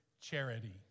charity